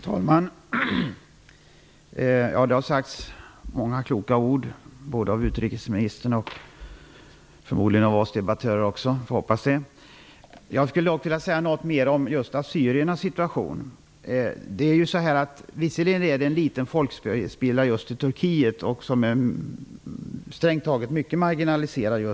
Herr talman! Det har sagts många kloka ord, både av utrikesministern och förmodligen också av oss debattörer. Vi får hoppas det. Jag skulle vilja säga något ytterligare om assyriernas situation. De utgör visserligen en liten folkspillra just i Turkiet och är strängt taget mycket marginaliserad nu.